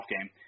game